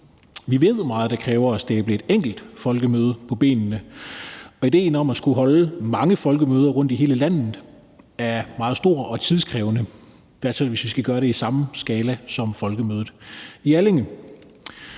hvor meget det kræver at stable et enkelt folkemøde på benene. Og det at skulle holde mange folkemøder rundtom i hele landet er meget stort og tidskrævende, i hvert fald hvis vi skal gøre det i samme skala som Folkemødet på